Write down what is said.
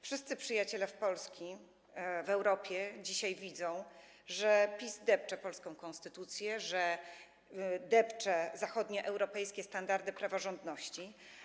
Wszyscy przyjaciele Polski w Europie dzisiaj widzą, że PiS depcze polską konstytucję, że depcze zachodnioeuropejskie standardy praworządności.